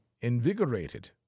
invigorated